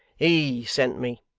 he sent me